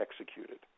executed